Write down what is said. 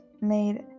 made